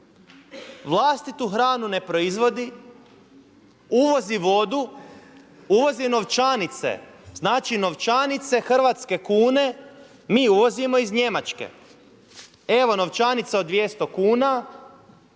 vlastitu hranu ne proizvodi, uvozi vodu, uvozi novčanice, znači novčanice hrvatske kune mi uvozimo iz Njemačke. Evo novčanica od 200 kuna,